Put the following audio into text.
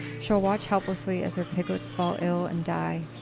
she'll watch helplessly as her piglets fall ill and die,